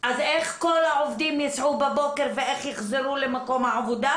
אז איך כל העובדים ייסעו בבוקר ואיך יחזרו למקום העבודה?